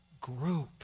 group